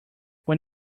when